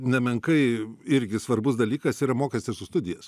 nemenkai irgi svarbus dalykas yra mokestis už studijas